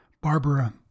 Barbara